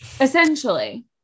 essentially